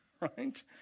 Right